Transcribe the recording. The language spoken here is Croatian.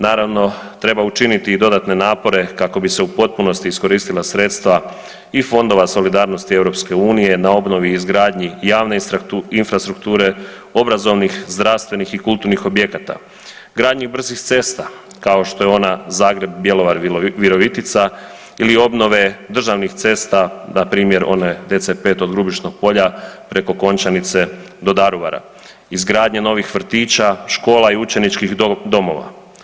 Naravno treba učiniti i dodatne napore kako bi se u potpunosti iskoristila sredstva i fondova solidarnosti EU na obnovi i izgradnji javne infrastrukture, obrazovnih, zdravstvenih i kulturnih objekata, gradnji brzih cesta kao što je ona Zagreb-Bjelovar-Virovitica ili obnove državnih cesta npr. one DC-5 od Grubišnog Polja preko Končanice do Daruvara, izgradnje novih vrtića, škola i učeničkih domova.